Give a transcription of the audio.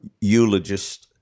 eulogist